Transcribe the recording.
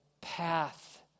path